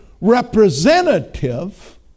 representative